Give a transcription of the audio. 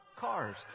cars